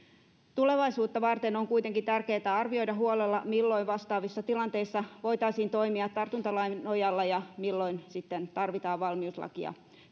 tulevaisuutta varten on kuitenkin tärkeätä arvioida huolella milloin vastaavissa tilanteissa voitaisiin toimia tartuntalain nojalla ja milloin sitten tarvitaan valmiuslakia